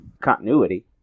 continuity